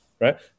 right